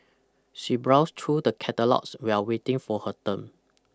she browsed through the catalogues while waiting for her turn